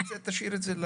אבל זה תשאיר את זה,